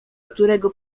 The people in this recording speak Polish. którego